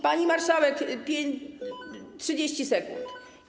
Pani marszałek, 30 sekund.